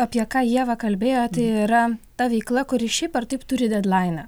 apie ką ieva kalbėjo tai yra ta veikla kuri šiaip ar taip turi dedlainą